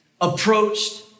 approached